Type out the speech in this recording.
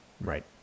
Right